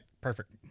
Perfect